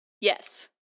Yes